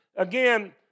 Again